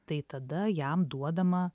tai tada jam duodama